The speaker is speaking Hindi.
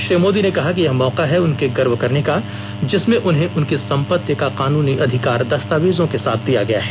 श्री मोदी ने कहा कि यह मौका है उनके गर्व करने का जिसमें उन्हें उनकी संपत्ति का कानूनी अधिकार दस्तावेजों के साथ दिया गया है